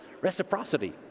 Reciprocity